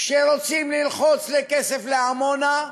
כשרוצים ללחוץ לכסף לעמונה,